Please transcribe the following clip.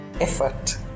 effort